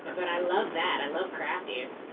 but i love that. i love crafties.